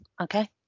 Okay